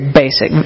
basic